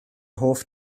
hoff